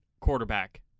quarterback